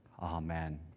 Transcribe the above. Amen